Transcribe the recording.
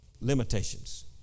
Limitations